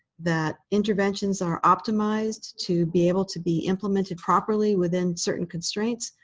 that interventions are optimized to be able to be implemented properly within certain constraints.